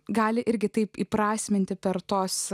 gali irgi taip įprasminti per tuos